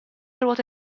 ruote